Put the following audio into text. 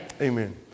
amen